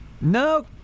No